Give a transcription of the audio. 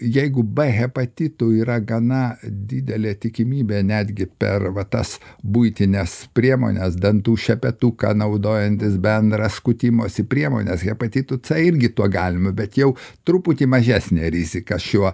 jeigu b hepatitu yra gana didelė tikimybė netgi per vat tas buitines priemones dantų šepetuką naudojantis bendrą skutimosi priemones hepatitu c irgi to galima bet jau truputį mažesnė rizika šiuo